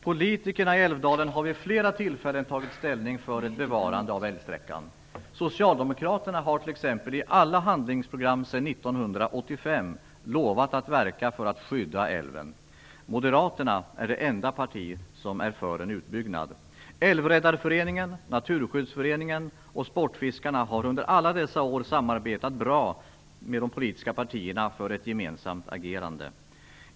Politikerna i Älvdalen har vid flera tillfällen tagit ställning för ett bevarande av älvsträckan. Socialdemokraterna har t.ex. i alla handlingsprogram sedan 1985 lovat att verka för att skydda älven. Moderaterna är det enda parti som är för en utbyggnad. Älvräddarföreningen, Naturskyddsföreningen och sportfiskarna har under alla dessa år samarbetat bra med de politiska partierna för ett gemensamt agerande.